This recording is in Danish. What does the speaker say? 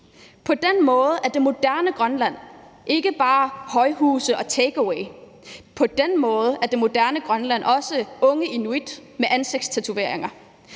På den måde er det moderne Grønland ikke bare højhuse og takeaway. På den måde er det moderne Grønland også unge inuit med ansigtstatoveringer.